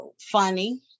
funny